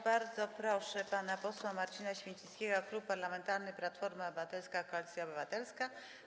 Bardzo proszę, pan poseł Marcin Święcicki, Klub Parlamentarny Platforma Obywatelska - Koalicja Obywatelska.